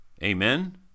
Amen